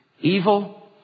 evil